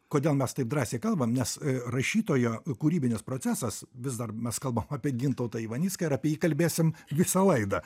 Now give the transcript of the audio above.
kodėl mes taip drąsiai kalbame nes rašytojo kūrybinis procesas vis dar mes kalbam apie gintautą ivanicką ir apie jį kalbėsim visą laidą